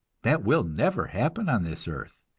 that will never happen on this earth,